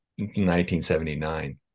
1979